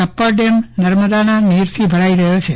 ટપ્પર ડેમમાં નર્મદાના નીરથી ભરાઈ રહ્યો છે